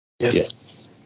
Yes